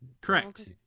Correct